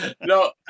No